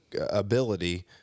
ability